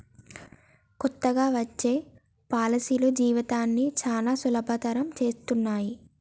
కొత్తగా వచ్చే పాలసీలు జీవితాన్ని చానా సులభతరం చేత్తన్నయి